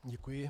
Děkuji.